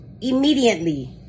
Immediately